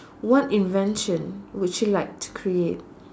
what invention would you like to create